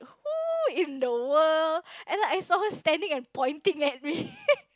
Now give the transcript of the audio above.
who in the world and like I saw her standing and pointing at me